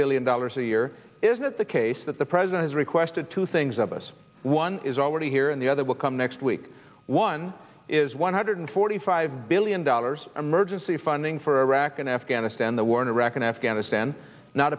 billion dollars a year is it the case that the president has requested two things of us one is already here and the other will come next week one is one hundred forty five billion dollars emergency funding for iraq and afghanistan the war in iraq and afghanistan not